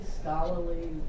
scholarly